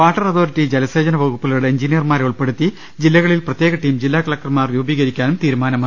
water authority ജലസേചന വകുപ്പുകളുടെ എൻജിനിയർമാരെ ഉൾപ്പെടുത്തി ജില്ലകളിൽ പ്രത്യേക ടീം ജില്ലാ കള ക്ടർമാർ രൂപീകരിക്കാനും തീരുമാനമായി